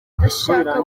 ndashaka